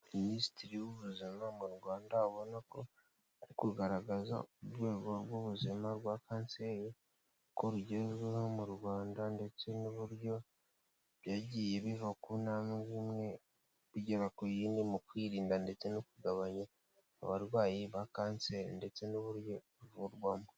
Minisitiri w'ubuzima mu Rwanda, ubona ko ari kugaragaza urwego rw'ubuzima rwa kanseri uko rugezweho mu Rwanda ndetse n'uburyo byagiye biva ku ntambwe imwe bigera ku yindi mu kwirinda ndetse no kugabanya abarwayi ba kanseri ndetse n'uburyo ivurwamo.